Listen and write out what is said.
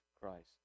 Christ